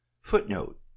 Footnote